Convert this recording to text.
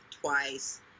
twice